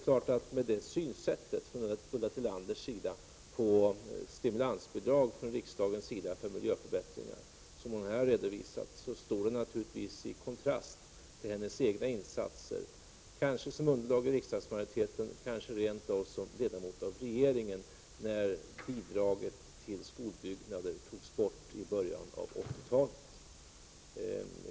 Ulla Tillanders syn på stimulansbidrag från riksdagen till miljöförbättringar, som hon här har redovisat, står naturligtvis i kontrast till hennes egna insatser, då hon var en del av riksdagsmajoriteten eller kanske rent av ledamot av regeringen när bidraget till skolbyggnader togs bort i början av 80-talet.